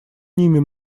ними